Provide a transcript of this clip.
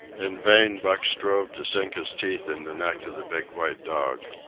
in vain buck strove to sink his teeth in the neck of the big white dog.